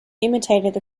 imitated